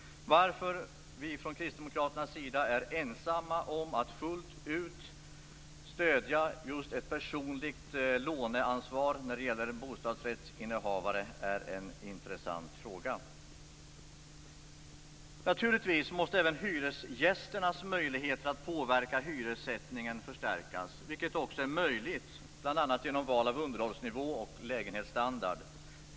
Varför vi från Kristdemokraternas sida är ensamma om att fullt ut stödja just ett personligt låneansvar när det gäller bostadsrättsinnehavare är en intressant fråga. Naturligtvis måste även hyresgästernas möjligheter att påverka hyressättningen förstärkas, vilket också är möjligt bl.a. genom val av underhållsnivå och lägenhetsstandard.